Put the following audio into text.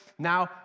Now